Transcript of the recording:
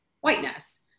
whiteness